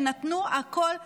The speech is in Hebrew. שנתנו הכול בשבילנו,